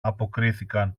αποκρίθηκαν